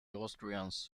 austrians